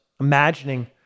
imagining